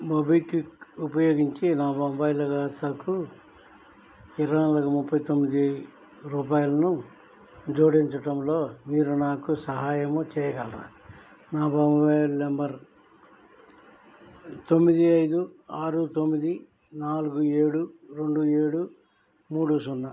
MobiKwik ఉపయోగించి నా mobile ఖాతాకు ఇరవై నాలుగు ముప్పై తొమ్మిది రూపాయలను జోడించడంలో మీరు నాకు సహాయము చేయగలరా నా మొబైల్ నెంబర్ తొమ్మిది ఐదు ఆరు తొమ్మిది నాలుగు ఏడు రెండు ఏడు మూడు సున్నా